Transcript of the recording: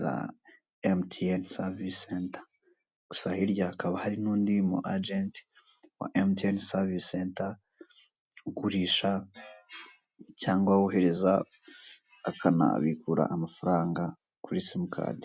za mtn savise seta, gus hirya hakaba hari n'undi mu ajeti wa mtn savise seta ugurisha cyangwa wohereza akanabikura amafaranga kuri simukadi.